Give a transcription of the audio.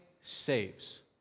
saves